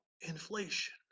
inflation